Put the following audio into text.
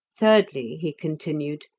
thirdly, he continued,